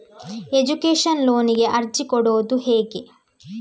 Education ಲೋನಿಗೆ ಅರ್ಜಿ ಕೊಡೂದು ಹೇಗೆ?